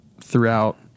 throughout